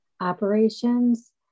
operations